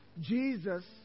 Jesus